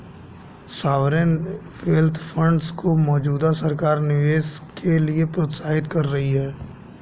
sovereign wealth funds को मौजूदा सरकार निवेश के लिए प्रोत्साहित कर रही है